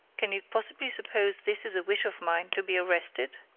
can you possibly suppose this is a wish of mine to be arrested?